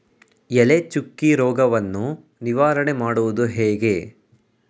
ಎಲೆ ಚುಕ್ಕಿ ರೋಗವನ್ನು ನಿವಾರಣೆ ಮಾಡುವುದು ಹೇಗೆ?